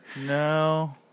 No